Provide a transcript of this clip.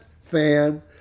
fan